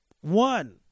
One